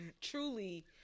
truly